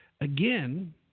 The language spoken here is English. again